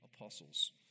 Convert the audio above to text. apostles